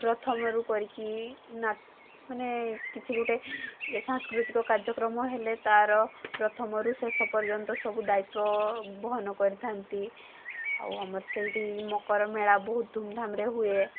ପ୍ରଥମରୁ କରିକି ମାନେ କିଛି ଗୋଟେ ଏ ସାଂସ୍କୃତିକ କାର୍ଯ୍ୟକ୍ରମ ହେଲେ ତା'ର ପ୍ରଥମରୁ ଶେଷ ପର୍ଯ୍ୟନ୍ତ ସବୁ ଦାୟିତ୍ଵ ବହନ କରିଥାନ୍ତି ଆଉ ଆମର ସେଇଠି ମକରମେଳା ବହୁତ ଧୁମ୍ଧାମ୍ରେ ହୁଏ